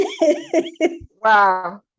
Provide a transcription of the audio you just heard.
Wow